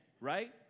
right